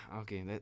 okay